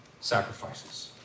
sacrifices